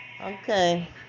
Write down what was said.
Okay